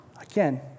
Again